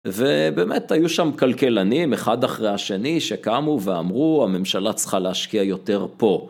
ובאמת היו שם כלכלנים אחד אחרי השני שקמו ואמרו הממשלה צריכה להשקיע יותר פה.